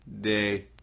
day